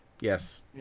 Yes